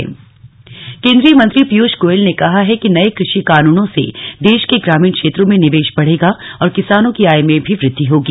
पीयुश गोयल आन कशि कानुन केन्द्रीय मंत्री पीयूष गोयल ने कहा है कि नये कृषि कानूनों से देश के ग्रामीण क्षेत्रों में निवेश बढ़ेगा और किसानों की आय में भी वृद्धि होगी